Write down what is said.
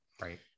Right